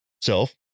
self